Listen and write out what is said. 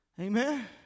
Amen